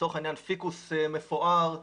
לצורך העניין פיקוס מפואר,